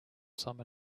summer